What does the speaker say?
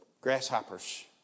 grasshoppers